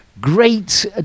Great